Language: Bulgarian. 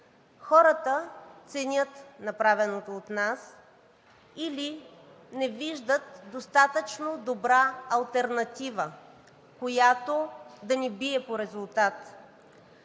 хората ценят направеното от нас или не виждат достатъчно добра алтернатива, която да ни бие по резултат.